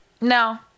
no